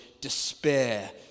despair